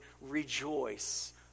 rejoice